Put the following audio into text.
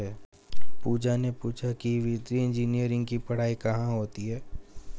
पूजा ने पूछा कि वित्तीय इंजीनियरिंग की पढ़ाई कहाँ होती है?